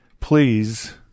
please